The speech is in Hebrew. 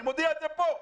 אני מודיע את זה פה.